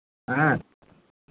हाँ